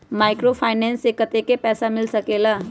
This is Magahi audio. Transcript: माइक्रोफाइनेंस से कतेक पैसा मिल सकले ला?